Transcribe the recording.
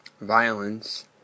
violence